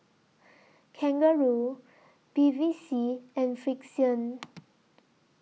Kangaroo Bevy C and Frixion